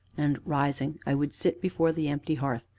and, rising, i would sit before the empty hearth,